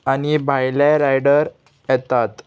आनी भायले रायडर येतात